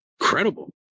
incredible